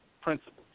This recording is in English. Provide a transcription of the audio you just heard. principles